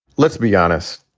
let's be honest,